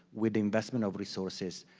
with the investment of resources,